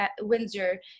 Windsor